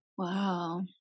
Wow